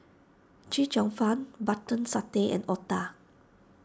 Chee Cheong Fun Button Satay and Otah